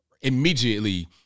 immediately